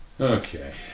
Okay